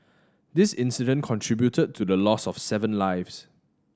this incident contributed to the loss of seven lives